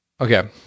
Okay